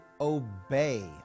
obey